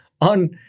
on